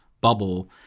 bubble